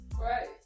Right